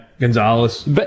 Gonzalez